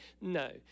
No